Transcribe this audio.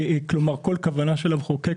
כלומר כל כוונה של המחוקק